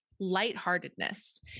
lightheartedness